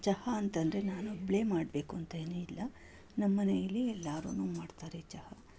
ಚಹಾ ಅಂತಂದರೆ ನಾನೊಬ್ಬಳೇ ಮಾಡಬೇಕು ಅಂತೇನು ಇಲ್ಲ ನಮ್ಮನೆಯಲ್ಲಿ ಎಲ್ಲರೂ ಮಾಡ್ತಾರೆ ಚಹಾ